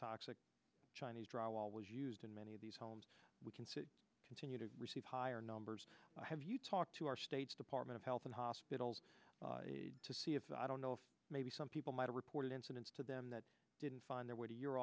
toxic chinese drywall was used in many of these homes we can continue to receive higher numbers have you talked to our state department of health and hospitals to see if i don't know if maybe some people might have reported incidents to them that didn't find their way to your